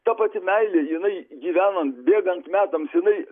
ta pati meilė jinai gyvenant bėgant metams jinai